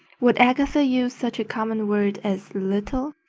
would agatha use such a common word as little?